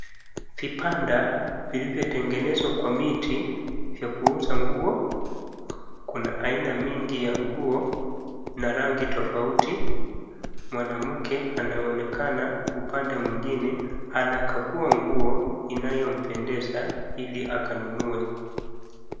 Vibanda vilivyotengenezwa kwa miti vya kuuza nguo. Kuna aina mingi ya nguo na rangi tofauti. Mwanamke anaonekana upande mwengine ananunua nguo inayompendeza ili akanunue.